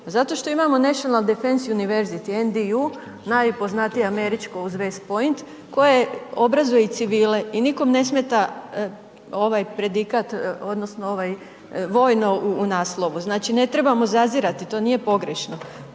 Zato što imamo National defense university, NDU, najpoznatije američko uz West Point, koje obrazuje i civile i nikom ne smeta ovaj predikat odnosno ovaj „vojno“ u naslovu, znači ne trebamo zazirati, to nije pogrešno.